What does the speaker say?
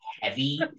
heavy